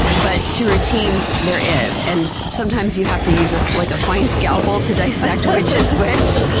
but to routines there is. and sometimes you have to use a like fine scalpel to dissect which is which.